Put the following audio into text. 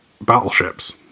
battleships